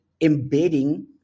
embedding